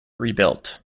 rebuilt